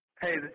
Hey